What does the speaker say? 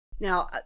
Now